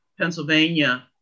Pennsylvania